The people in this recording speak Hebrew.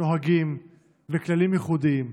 נוהגים וכללים ייחודיים,